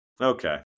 Okay